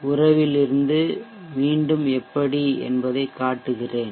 உறவில் இருந்து மீண்டும் எப்படி என்பதைக் காட்டுகிறேன்